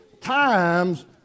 times